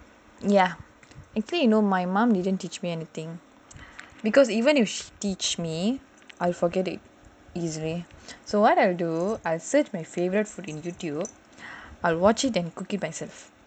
ya actually you know my mum didn't teach me anything because even if she teach me I forget it easily so what I will do I will search my favourite food in YouTube I'll watch it and cook it myself